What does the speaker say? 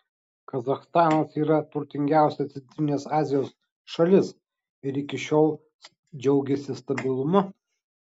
kazachstanas yra turtingiausia centrinės azijos šalis ir iki šiol džiaugėsi stabilumu